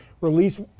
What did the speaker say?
release